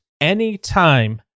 Anytime